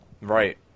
Right